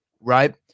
right